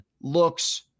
looks